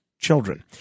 children